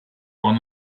one